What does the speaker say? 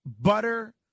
Butter